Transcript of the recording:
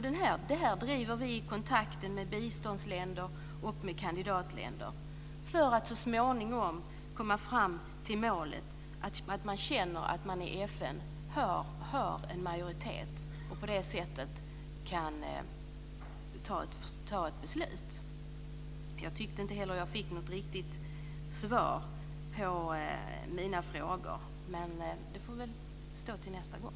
Det här driver vi i kontakten med biståndsländer och kandidatländer för att så småningom komma fram till målet att man känner att det inom FN finns en majoritet och att det på det sättet kan fattas ett beslut. Jag tyckte inte heller att jag fick något riktigt svar på mina frågor. Det får väl anstå till nästa gång.